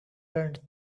learned